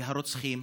והרוצחים